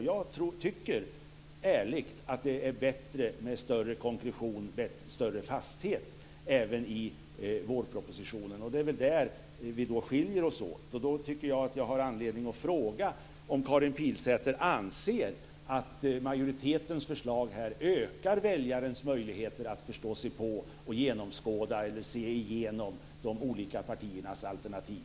Jag tycker ärligt att det är bättre med större konkretion och fasthet även i vårpropositionen. Det är där vi skiljer oss åt. Jag tycker därför att jag har anledning att fråga om Karin Pilsäter anser att majoritetens förslag med det nya upplägget av vårbudgeten ökar väljarens möjligheter att förstå sig på och genomskåda de olika partiernas alternativ.